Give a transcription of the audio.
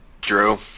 Drew